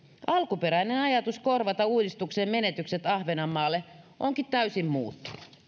alkuperäinen ajatus korvata uudistuksen menetykset ahvenanmaalle onkin täysin muuttunut